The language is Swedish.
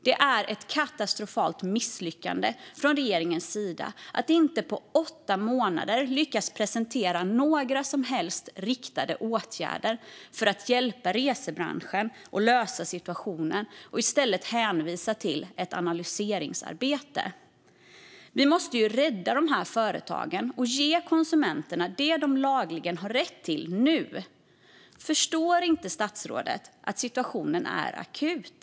Det är ett katastrofalt misslyckande från regeringens sida att inte på åtta månader lyckas presentera några som helst riktade åtgärder för att hjälpa resebranschen och för att lösa situationen utan i stället hänvisa till ett analysarbete. Vi måste ju rädda de här företagen och ge konsumenterna det de lagligen har rätt till nu. Förstår inte statsrådet att situationen är akut?